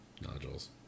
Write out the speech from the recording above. nodules